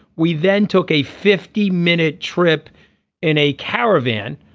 we then took a fifty minute trip in a caravan.